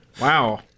wow